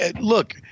look